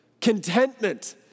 Contentment